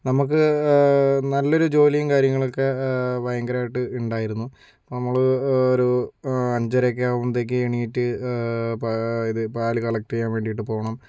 നമ്മക്ക് നല്ലൊരു ജോലീം കാര്യങ്ങളൊക്കെ ഭയങ്കരായിട്ട് ഇണ്ടായിരുന്നു അപ്പം നമ്മള് ഒരു അഞ്ചരേക്കെ ആകുമ്പത്തേക്ക് എണീറ്റ് പാ ഇത് പാല് കളക്ട ചെയ്യാൻ വേണ്ടീട്ട് പോണം